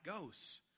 goes